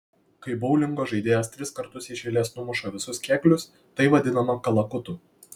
kai boulingo žaidėjas tris kartus iš eilės numuša visus kėglius tai vadinama kalakutu